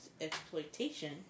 exploitation